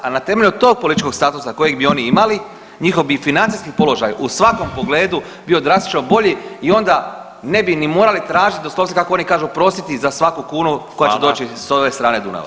A na temelju tog političkog statusa kojeg bi oni imali njihov bi i financijski položaj u svakom pogledu bio drastično bolji i onda ne bi ni morali tražiti doslovce kako oni kažu prositi za svaku kunu koja će doći s ove [[Upadica: Hvala.]] strane Dunava.